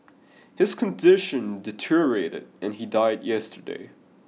his condition deteriorated and he died yesterday